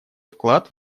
вклад